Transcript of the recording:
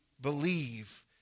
believe